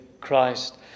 Christ